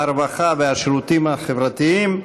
הרווחה והשירותים החברתיים.